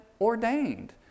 ordained